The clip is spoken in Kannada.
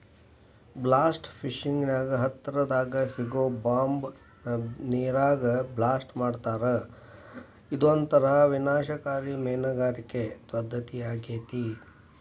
ಬ್ಲಾಸ್ಟ್ ಫಿಶಿಂಗ್ ನ್ಯಾಗ ಹತ್ತರದಾಗ ಸಿಗೋ ಬಾಂಬ್ ನ ನೇರಾಗ ಬ್ಲಾಸ್ಟ್ ಮಾಡ್ತಾರಾ ಇದೊಂತರ ವಿನಾಶಕಾರಿ ಮೇನಗಾರಿಕೆ ಪದ್ದತಿಯಾಗೇತಿ